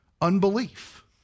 Unbelief